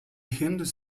hindus